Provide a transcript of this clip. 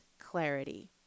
clarity